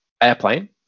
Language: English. Airplane